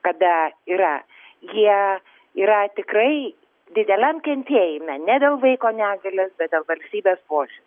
kada yra jie yra tikrai dideliam kentėjime ne dėl vaiko negalios dėl valstybės požiūrio